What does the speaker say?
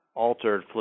altered